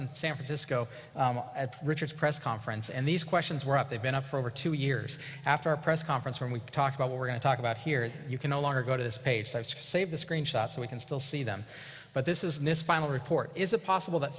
in san francisco at richard's press conference and these questions were up they've been up for over two years after our press conference when we talk about what we're going to talk about here and you can no longer go to this page so as to save the screen shot so we can still see them but this is this final report is a possible that